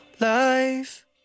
life